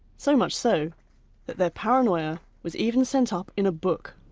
so much so, that their paranoia was even sent up in a book.